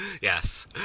Yes